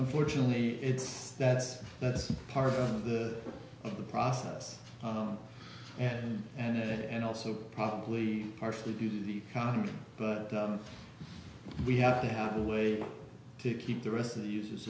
unfortunately it's that that's part of the of the process and and also probably partially due to the economy but we have to have a way to keep the rest of the use